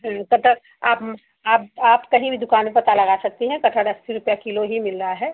कटहल आप आप आप कहीं भी दुकान में पता लगा सकती हैं कटहल अस्सी रुपए कीलो ही मिल रहा है